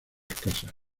casas